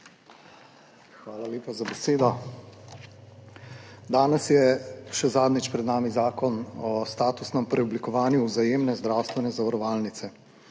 Hvala lepa za besedo. Danes je še zadnjič pred nami Zakon o statusnem preoblikovanju Vzajemne zdravstvene zavarovalnice.